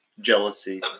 Jealousy